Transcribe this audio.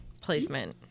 placement